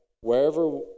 wherever